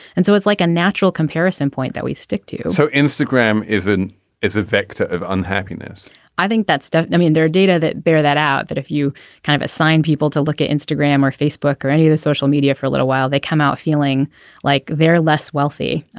and so it's like a natural comparison point that we stick to so instagram is in is a vector of unhappiness i think that's done. i mean there are data that bear that out that if you kind of assign people to look at instagram or facebook or any of the social media for a little while they come out feeling like they're less wealthy.